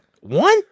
One